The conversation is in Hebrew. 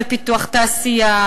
בפיתוח תעשייה,